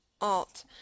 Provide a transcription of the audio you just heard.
alt